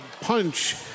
punch